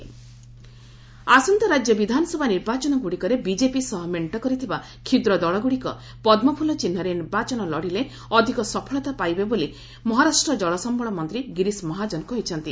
ମହା lotus symbol ଆସନ୍ତା ରାଜ୍ୟ ବିଧାନସଭା ନିର୍ବାଚନ ଗୁଡ଼ିକରେ ବିଜେପି ସହ ମେଣ୍ଟ କରିଥିବା କ୍ଷୁଦ୍ର ଦଳଗୁଡ଼ିକ ପଦ୍ମୁପୁଲ ଚିହ୍ନରେ ନିର୍ବାଚନ ଲଢ଼ିଲେ ଅଧିକ ସଫଳତା ପାଇବେ ବୋଲି ମହାରାଷ୍ଟ୍ର ଜଳ ସମ୍ଭଳ ମନ୍ତ୍ରୀ ଗିରିଶ ମହାଜନ କହିଛନ୍ତି